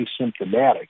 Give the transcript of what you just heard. asymptomatic